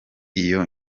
iyo